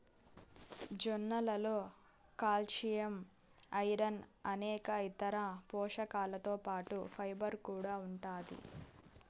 జొన్నలలో calcium, iron అనేక ఇతర పోషకాలతో పాటు ఫైబర్ కూడా ఉంటాది